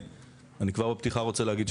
ואני כבר בפתיחה רוצה להגיד,